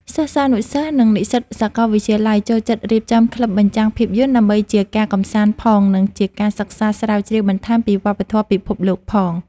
សិស្សានុសិស្ស និងនិស្សិតសាកលវិទ្យាល័យ ចូលចិត្តរៀបចំក្លឹបបញ្ចាំងភាពយន្ត ដើម្បីជាការកម្សាន្តផង និងជាការសិក្សាស្រាវជ្រាវបន្ថែមពីវប្បធម៌ពិភពលោកផង។